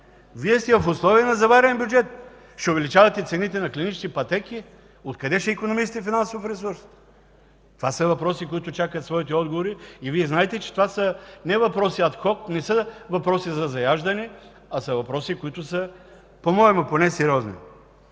Вие сте в условия на заварен бюджет. Ще увеличавате цените на клиничните пътеки? Откъде ще икономисате финансов ресурс? Това се въпроси, които чакат своите отговори и Вие знаете, че това са не въпроси адхок, не са въпроси за заяждане, а по моему поне са сериозни